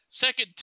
second